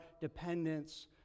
dependence